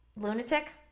Lunatic